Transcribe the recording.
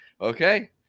okay